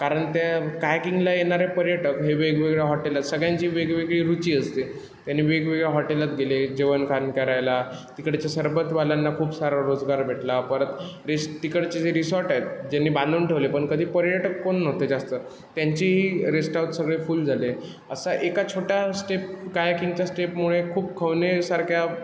कारण त्या कायाकिंगला येणारे पर्यटक हे वेगवेगळ्या हॉटेलात सगळ्यांची वेगवेगळी रुची असते त्यांनी वेगवेगळ्या हॉटेलात गेले जेवणखाण करायला तिकडच्या सरबतवाल्यांना खूप सारा रोजगार भेटला परत रीस तिकडचे जे रिसॉट आहेत ज्यांनी बांधून ठेवले पण कधी पर्यटक कोण नव्हते जास्त त्यांची रेस्ट हाउस सगळे फुल झाले असा एका छोट्या स्टेप कायाकिंगच्या स्टेपमुळे खूप खवणेसारख्या